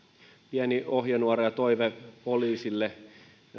pieni ohjenuoramme ja toiveemme poliisille